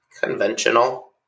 conventional